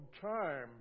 time